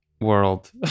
World